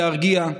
להרגיע.